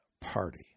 Party